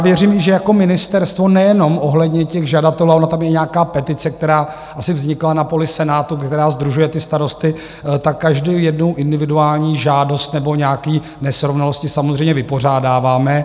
Věřím, že jako ministerstvo nejenom ohledně žadatelů, ale ona tam je i nějaká petice, která asi vznikla na poli Senátu, která sdružuje ty starosty, tak každou jednu individuální žádost nebo nějaké nesrovnalosti samozřejmě vypořádáváme.